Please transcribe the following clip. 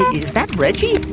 is that reggie?